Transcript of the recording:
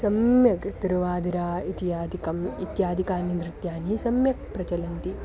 सम्यक् तिरुवादिरा इति आदिकम् इत्यादिकानि नृत्यानि सम्यक् प्रचलन्ति